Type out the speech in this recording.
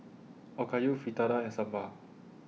Okayu Fritada and Sambar